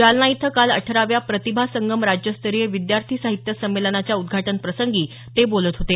जालना इथं काल अठराव्या प्रतिभा संगम राज्यस्तरीय विद्यार्थी साहित्य संमेलनाच्या उदघाटन प्रसंगी ते बोलत होते